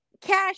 cash